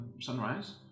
sunrise